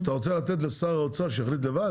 אתה רוצה לתת לשר האוצר שיחליט לבד?